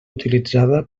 utilitzada